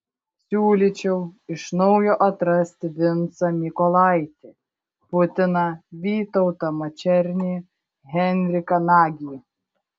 siūlyčiau iš naujo atrasti vincą mykolaitį putiną vytautą mačernį henriką nagį